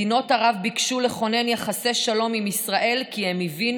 מדינות ערב ביקשו לכונן יחסי שלום עם ישראל כי הן הבינו